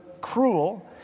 cruel